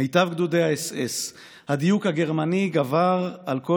מיטב גדודי האס אס / הדיוק הגרמני גבר על כל